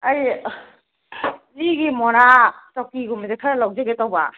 ꯑꯩ ꯂꯤꯒꯤ ꯃꯣꯔꯥ ꯆꯧꯀ꯭ꯔꯤꯒꯨꯝꯕꯁꯦ ꯈꯔ ꯂꯧꯖꯒꯦ ꯇꯧꯕ